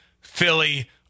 Philly